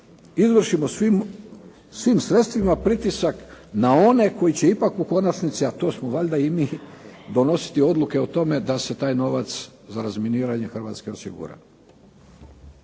izvršimo svim sredstvima pritisak na one koji će ipak u konačnici a to smo valjda i mi donositi odluke o tome da se taj novac za razminiranje Hrvatske osigura.